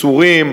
מסורים,